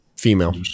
Female